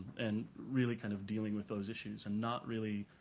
and really kind of dealing with those issues and not really